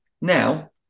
now